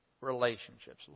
relationships